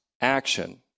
action